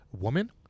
woman